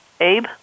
Abe